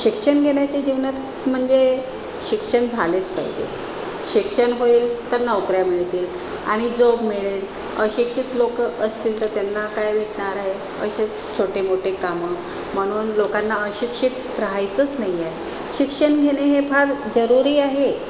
शिक्षण घेण्याचे जीवनात म्हणजे शिक्षण झालेच पाहिजे शिक्षण होईल तर नोकऱ्या मिळतील आणि जॉब मिळेल अशिक्षित लोक असतील तर त्यांना काय भेटणार आहे असेच छोटे मोठे कामं म्हणून लोकांना अशिक्षित राहायचंच नाही आहे शिक्षण घेणे हे फार जरूरी आहे